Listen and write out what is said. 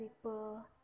people